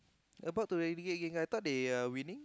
about to relegate already I thought they are winning